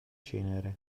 cenere